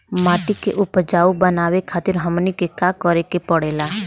माटी के उपजाऊ बनावे खातिर हमनी के का करें के पढ़ेला?